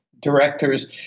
directors